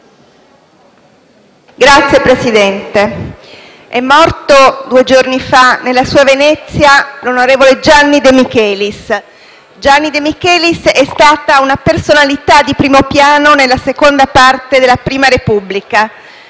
Signor Presidente, due giorni fa, nella sua Venezia, è morto l'onorevole Gianni De Michelis. Gianni De Michelis è stata una personalità di primo piano nella seconda parte della Prima Repubblica.